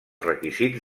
requisits